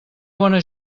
bona